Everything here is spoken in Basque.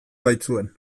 baitzuen